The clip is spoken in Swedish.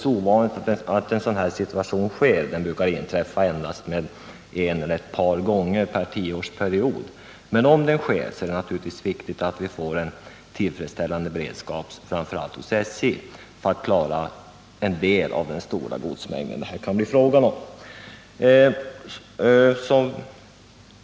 En sådan här situation är naturligtvis ovanlig; den brukar inträffa endast en eller ett par gånger per tioårsperiod. Men om den inträffar, så är det givetvis viktigt att vi har en tillfredsställande beredskap, framför allt hos SJ, för att klara en del av den stora godsmängden.